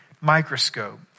microscope